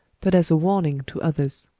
but as a warning to others.